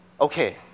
okay